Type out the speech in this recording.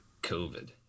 COVID